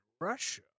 russia